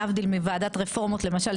להבדיל מוועדת רפורמות למשל,